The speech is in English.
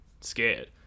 scared